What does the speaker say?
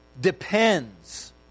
depends